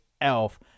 Elf